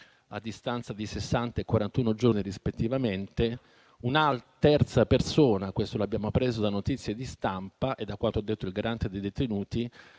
a distanza di sessanta e quarantuno giorni rispettivamente, e una terza persona - questo l'abbiamo appreso da notizie di stampa e da quanto ha detto il Garante dei detenuti